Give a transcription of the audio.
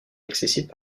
accessible